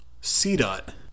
C-Dot